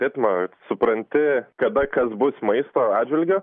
ritmą supranti kada kas bus maisto atžvilgiu